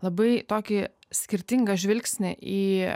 labai tokį skirtingą žvilgsnį į